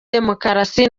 demokarasi